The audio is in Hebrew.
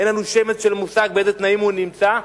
אין לנו שמץ של מושג באיזה תנאים הוא נמצא,